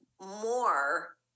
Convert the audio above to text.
more